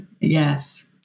Yes